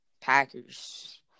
Packers